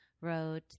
wrote